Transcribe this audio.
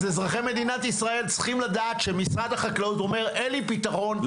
אז אזרחי מדינת ישראל צריכים לדעת שמשרד החקלאות אומר: אין לי פתרון,